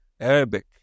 arabic